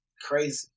crazy